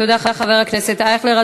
תודה, חבר הכנסת אייכלר.